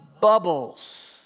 Bubbles